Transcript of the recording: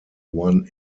one